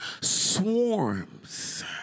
swarms